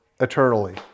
eternally